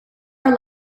are